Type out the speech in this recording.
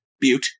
Butte